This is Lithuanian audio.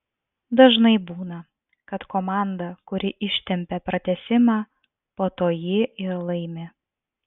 dažnai būna kad komanda kuri ištempią pratęsimą po to jį ir laimi